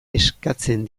eskatzen